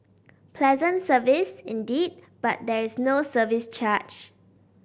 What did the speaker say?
pleasant service indeed but there is no service charge